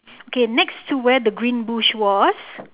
okay next to where the green bush was